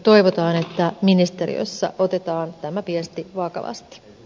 toivotaan että ministeriössä otetaan tämä viesti vakavasti